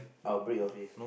I'll break your face